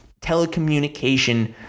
telecommunication